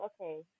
okay